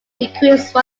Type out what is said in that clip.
increase